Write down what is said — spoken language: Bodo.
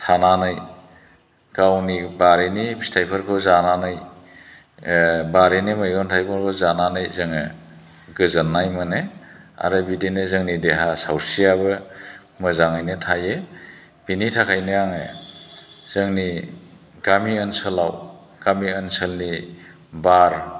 थानानै गावनि बारिनि फिथाइफोरखौ जानानै बारिनि मैगं थाइगंखौ जानानै जोङो गोजोननाय मोनो आरो बिदिनो जोंनि देहा सावस्रियाबो मोजाङैनो थायो बेनि थाखायनो आङो जोंनि गामि ओनसोलाव गामि ओनसोलनि बार